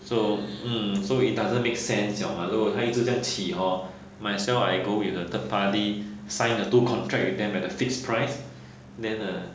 so mm so it doesn't make sense 了 mah 如果它一直在这样起 hor might as well I go with a third party sign a two contract with them at a fixed price then uh